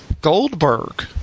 Goldberg